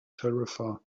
tarifa